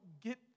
get